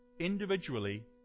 individually